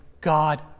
God